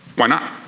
why not?